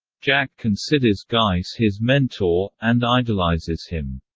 jack considers geiss his mentor, and idolizes him.